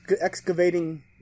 excavating